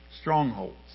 strongholds